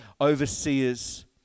overseers